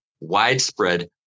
widespread